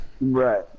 Right